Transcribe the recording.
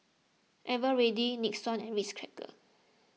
Eveready Nixon and Ritz Crackers